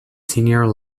senior